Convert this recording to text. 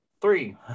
three